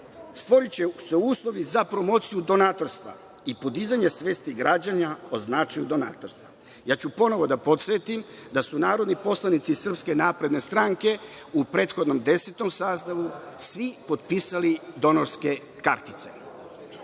stvoriće se uslovi za promociju donatorstva i podizanje svesti građana o značaju donatorstva. Ja ću ponovo da podsetim da su narodni poslanici SNS, u prethodnom desetom sazivu, svi potpisali donorske kartice. Da